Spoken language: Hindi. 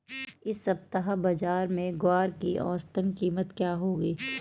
इस सप्ताह बाज़ार में ग्वार की औसतन कीमत क्या रहेगी?